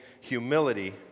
humility